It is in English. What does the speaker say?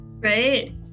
Right